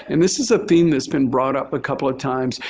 and this is a thing that's been brought up a couple of times.